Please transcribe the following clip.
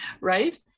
Right